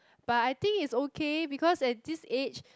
but I think is okay because at this age